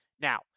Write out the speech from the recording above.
Now